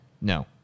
No